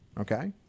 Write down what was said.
Okay